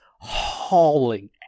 hauling